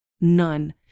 None